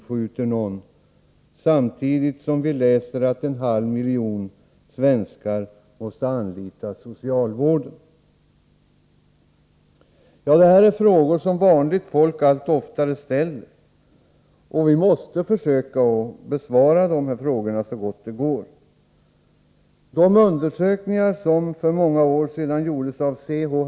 Samtidigt läser vi att en halv miljon svenskar måste anlita socialvården. Detta är frågor som vanligt folk allt oftare ställer, och vi måste försöka att besvara dem så gott det går. De undersökningar som för många år sedan gjordes av C.-H.